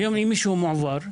היום אם מישהו מועבר ממד"א,